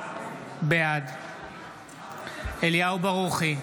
בעד אליהו ברוכי,